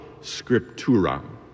scriptura